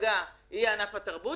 שייפגע יהיה ענף התרבות,